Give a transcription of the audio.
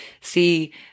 see